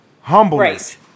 Humbleness